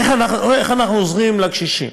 איך אנחנו עוזרים לקשישים?